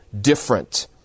different